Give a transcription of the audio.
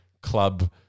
club